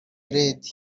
red